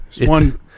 One